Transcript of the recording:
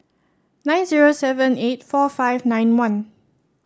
nine zero seven eight four five nine one